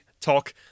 talk